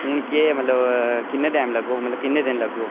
हून केह् ऐ मतलब किन्ना टाइम लग्गग मतलब किन्ने दिन लग्गङन